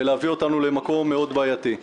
ולהביא אותנו למקום מאוד בעייתי.